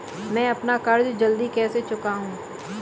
मैं अपना कर्ज जल्दी कैसे चुकाऊं?